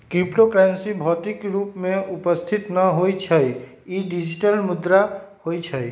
crypto currency भौतिक रूप में उपस्थित न होइ छइ इ डिजिटल मुद्रा होइ छइ